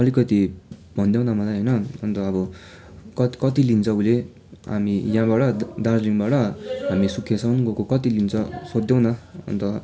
अलिकति भनिदेऊ न मलाई होइन अन्त अब कत कति लिन्छ उसले हामी यहाँबाट दार्जिलिङबाट हामी सुकियासम्म गएको कति लिन्छ सोधिदेऊ न अन्त